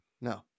No